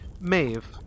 Maeve